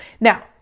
Now